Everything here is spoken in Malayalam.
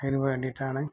അതിന് വേണ്ടിയിട്ടാണ്